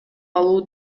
алуу